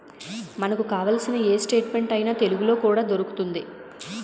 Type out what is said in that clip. మనకు కావాల్సిన ఏ స్టేట్మెంట్ అయినా తెలుగులో కూడా దొరుకుతోంది